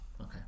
okay